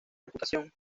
reputación